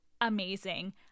Amazing